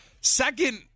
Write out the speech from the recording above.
Second